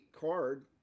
card